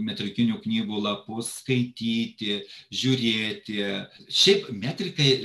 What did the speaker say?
metrikinių knygų lapus skaityti žiūrėti šiaip metrikai